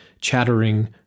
chattering